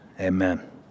Amen